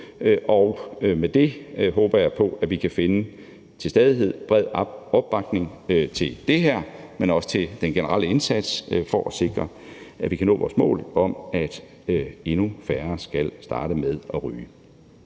på. Med det håber jeg på, at vi kan finde en til stadighed bred opbakning til det her, men også til den generelle indsats for at sikre, at vi kan nå vores mål om, at endnu færre skal starte med at ryge.